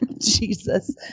Jesus